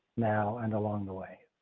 now, and along the way,